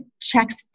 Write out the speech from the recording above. checks